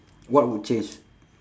what would change